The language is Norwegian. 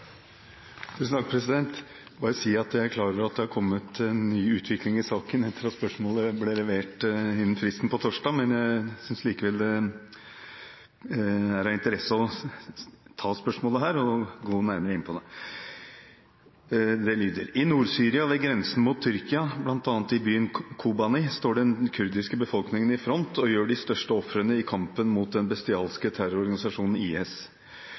at det er kommet en ny utvikling i saken etter at spørsmålet ble levert innen fristen på torsdag, men jeg synes likevel det er av interesse å ta opp spørsmålet her og gå nærmere inn på det. Det lyder: «I Nord-Syria ved grensen mot Tyrkia, blant annet i byen Kobanê, står den kurdiske befolkningen i front og gjør de største ofrene i kampen mot den bestialske terrororganisasjonen IS.